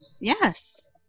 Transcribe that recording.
Yes